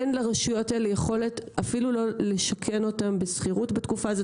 אין לרשויות האלה יכולת אפילו לא לשכן אותם בשכירות בתקופה הזו.